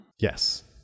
Yes